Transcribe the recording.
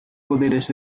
poderes